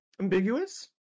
ambiguous